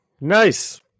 Nice